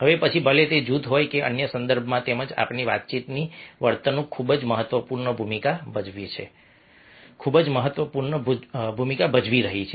હવે પછી ભલે તે જૂથ હોય કે અન્ય સંદર્ભમાં તેમજ આપણી વાતચીતની વર્તણૂક ખૂબ જ મહત્વપૂર્ણ ભૂમિકા ભજવી રહી છે ખૂબ જ મહત્વપૂર્ણ ભૂમિકા ભજવી રહી છે